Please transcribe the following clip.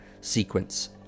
sequence